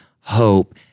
hope